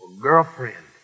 girlfriend